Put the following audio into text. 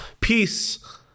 peace